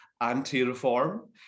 anti-reform